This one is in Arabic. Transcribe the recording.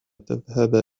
تذهب